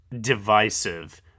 divisive